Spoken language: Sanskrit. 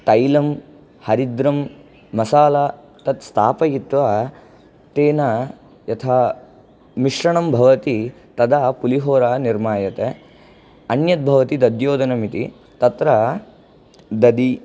तैलं हरिद्रं मसाला तत् स्थापयित्वा तेन यथा मिश्रणं भवति तदा पुलिहोरा निर्मायते अन्यत् भवति दध्योदनम् इति तत्र ददि